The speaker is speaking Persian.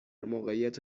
موقعیت